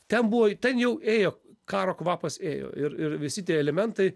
ten buvo ten jau ėjo karo kvapas ėjo ir ir visi tie elementai